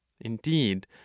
indeed